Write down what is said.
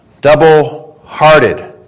double-hearted